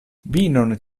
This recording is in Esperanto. vinon